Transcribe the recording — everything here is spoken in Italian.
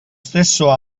stesso